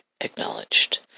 acknowledged